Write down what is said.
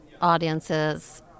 audiences